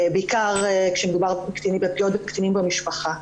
בעיקר כשמדובר בפגיעות בקטינים במשפחה.